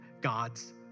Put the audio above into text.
God's